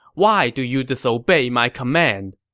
why do you disobey my command?